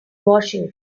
washington